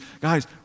guys